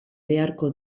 beharko